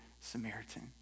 Samaritan